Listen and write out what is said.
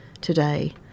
today